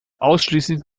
ausschließlich